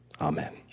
amen